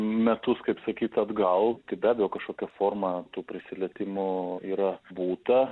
metus kaip sakyt atgal tai be abejo kažkokie formatų prisilietimo yra būta